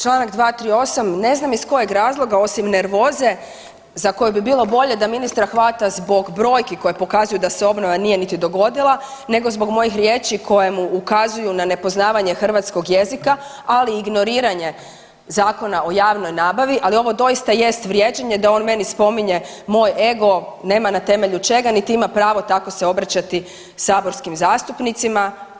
Članak 238., ne znam iz kojeg razloga osim nervoze za koje bi bilo bolje da ministra hvata zbog brojki koje pokazuju da se obnova nije niti dogodila, nego zbog mojih riječi koje mu ukazuju na nepoznavanje hrvatskog jezika, ali i ignoriranje Zakona o javnoj nabavi, ali ovo doista jest vrijeđanje da on meni spominje moj ego, nema na temelju čega, niti ima pravo tako se obraćati saborskim zastupnicima.